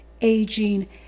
aging